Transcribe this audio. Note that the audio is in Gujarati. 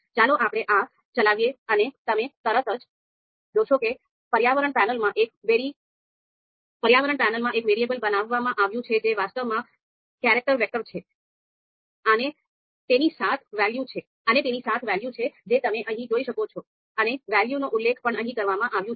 ચાલો આપણે આને ચલાવીએ અને તમે તરત જ જોશો કે પર્યાવરણ પેનલમાં એક વેરીએબલ બનાવવામાં આવ્યું છે જે વાસ્તવમાં કેરેક્ટર વેક્ટર છે અને તેની સાત વેલ્યુ છે જે તમે અહીં જોઈ શકો છો અને વેલ્યુનો ઉલ્લેખ પણ અહીં કરવામાં આવ્યો છે